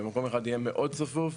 במקום אחד יהיה מאוד צפוף,